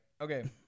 Okay